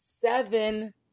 seven